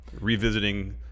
Revisiting